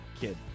kid